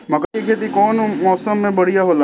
मकई के खेती कउन मौसम में बढ़िया होला?